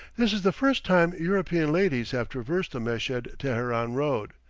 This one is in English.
this is the first time european ladies have traversed the meshed-teheran road,